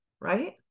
right